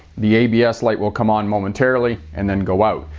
the abs light will come on momentarily, and then go out.